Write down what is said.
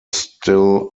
still